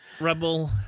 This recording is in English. rebel